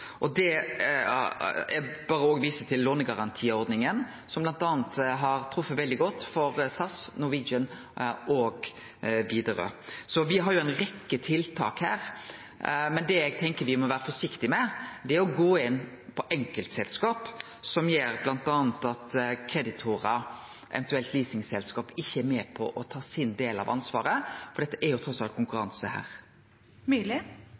til lånegarantiordninga, som bl.a. har treft veldig godt for SAS, Norwegian og Widerøe. Så me har ei rekkje tiltak. Men det eg tenkjer me må vere forsiktige med, er å gå inn på enkeltselskap, som gjer at bl.a. kreditorar, eventuelt leasingselskap, ikkje er med på å ta sin del av ansvaret, for det er jo trass alt